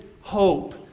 hope